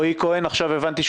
רועי כהן זמין?